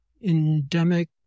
endemic